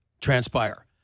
transpire